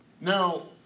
Now